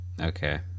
Okay